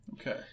Okay